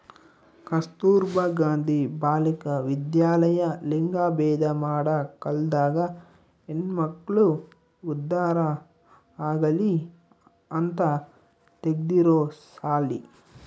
ಕಸ್ತುರ್ಭ ಗಾಂಧಿ ಬಾಲಿಕ ವಿದ್ಯಾಲಯ ಲಿಂಗಭೇದ ಮಾಡ ಕಾಲ್ದಾಗ ಹೆಣ್ಮಕ್ಳು ಉದ್ದಾರ ಆಗಲಿ ಅಂತ ತೆಗ್ದಿರೊ ಸಾಲಿ